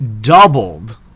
doubled